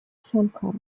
shankar